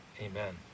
Amen